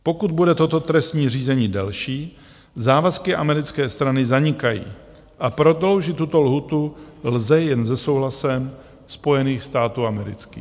Pokud bude toto trestní řízení delší, závazky americké strany zanikají a prodloužit tuto lhůtu lze jen se souhlasem Spojených států amerických.